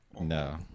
No